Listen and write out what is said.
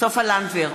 סופה לנדבר,